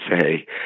say